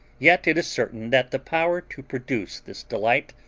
yet it is certain that the power to produce this delight,